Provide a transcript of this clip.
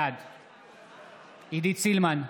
בעד עידית סילמן,